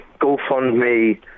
GoFundMe